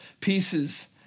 pieces